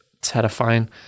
terrifying